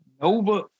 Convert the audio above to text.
Nova